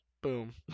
Boom